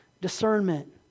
Discernment